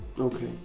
Okay